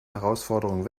herausforderungen